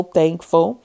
thankful